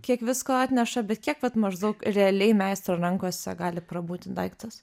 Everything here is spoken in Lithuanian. kiek visko atneša bet kiek vat maždaug realiai meistro rankose gali prabūti daiktas